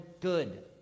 good